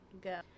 go